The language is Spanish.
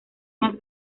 más